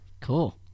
Cool